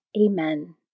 Amen